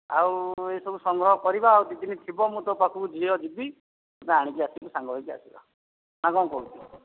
ଆଉ ଏସବୁ ସମ୍ଭବ କରିବା ଆଉ ଦୁଇ ଦିନ ଥିବ ମୁଁ ତୋ ପାଖକୁ ଝିଅ ଯିବି ତୋତେ ଆଣିକି ଆସିବି ସାଙ୍ଗ ହୋଇକି ଆସିବା ନା କ'ଣ କହୁଛୁ